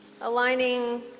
aligning